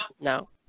no